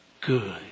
good